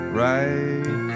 right